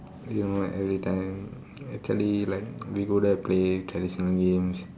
you know every time actually like we go there play traditional games